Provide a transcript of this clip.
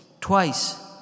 twice